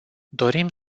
dorim